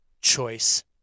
choice